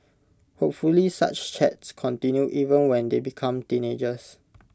hopefully such chats continue even when they become teenagers